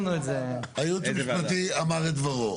היועץ המשפטי אמר את דברו.